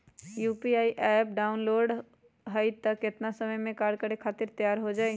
UPI app download होई त कितना समय मे कार्य करे खातीर तैयार हो जाई?